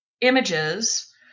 images